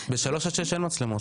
בשלוש עד שש אין מצלמות.